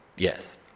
Yes